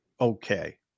okay